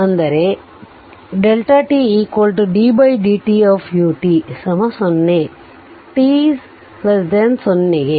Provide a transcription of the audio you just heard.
ಆದ್ದರಿಂದt ddt 0 t 0 ಗೆ